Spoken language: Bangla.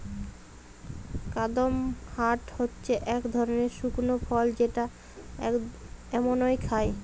কাদপমহাট হচ্ছে এক ধরনের শুকনো ফল যেটা এমনই খায়